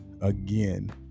again